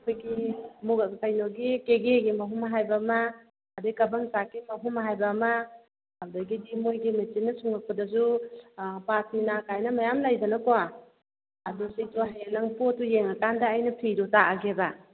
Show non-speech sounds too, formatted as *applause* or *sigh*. ꯑꯩꯈꯣꯏꯒꯤ ꯀꯩꯅꯣꯒꯤ ꯀꯦꯒꯦꯒꯤ ꯃꯍꯨꯝ ꯍꯥꯏꯕ ꯑꯃ ꯑꯗꯒꯤ ꯀꯕ꯭ꯔꯪꯆꯥꯛꯀꯤ ꯃꯍꯨꯝ ꯍꯥꯏꯕ ꯑꯃ ꯑꯗꯒꯤꯗꯤ ꯃꯣꯏꯒꯤ ꯃꯦꯆꯤꯟꯅ ꯁꯨꯡꯉꯛꯄꯗꯁꯨ ꯄꯥꯔꯁꯃꯤꯅꯥ ꯒꯥꯏꯅ ꯃꯌꯥꯝ ꯂꯩꯗꯅꯀꯣ ꯑꯗꯨꯁꯨ *unintelligible* ꯍꯌꯦꯡ ꯅꯪ ꯄꯣꯠꯇꯨ ꯌꯦꯡꯉꯀꯥꯟꯗ ꯑꯩꯅ ꯐꯤꯗꯨ ꯇꯥꯛꯑꯒꯦꯕ